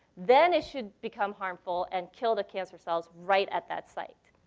then it should become harmful and kill the cancer cells right at that site.